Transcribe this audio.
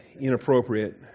inappropriate